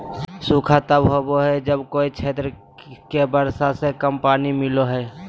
सूखा तब होबो हइ जब कोय क्षेत्र के वर्षा से कम पानी मिलो हइ